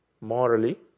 morally